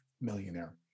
millionaire